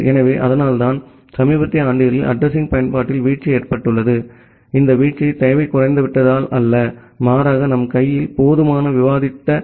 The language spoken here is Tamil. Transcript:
எனவே அதனால்தான் சமீபத்திய ஆண்டுகளில் அட்ரஸிங் பயன்பாட்டில் வீழ்ச்சி ஏற்பட்டுள்ளது இந்த வீழ்ச்சி தேவை குறைந்துவிட்டதால் அல்ல மாறாக நம் கையில் போதுமான எண்ணிக்கையிலான ஐபி அட்ரஸிங்கள் இல்லை